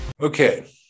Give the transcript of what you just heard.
Okay